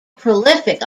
prolific